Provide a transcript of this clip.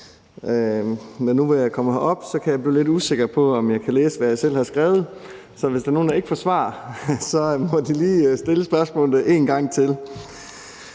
nu, hvor jeg kommer herop, kan jeg blive lidt usikker på, om jeg kan læse, hvad jeg selv har skrevet. Så hvis der er nogen, der ikke får svar, må de lige stille spørgsmålet en gang til.